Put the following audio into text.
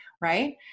Right